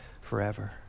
forever